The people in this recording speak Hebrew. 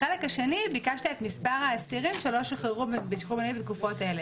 בחלק השני ביקשת את מספר האסירים שלא שוחררו בשחרור מנהלי בתקופות אלה.